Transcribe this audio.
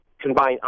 combine